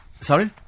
Sorry